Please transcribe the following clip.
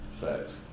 Facts